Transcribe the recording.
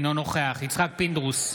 אינו נוכח יצחק פינדרוס,